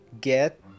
get